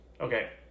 Okay